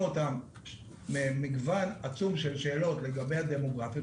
אותם מגוון עצום של שאלות דמוגרפיות,